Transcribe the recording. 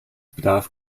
bedarf